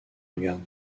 regarde